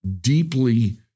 deeply